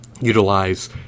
utilize